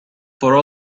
for